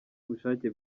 ubushake